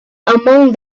among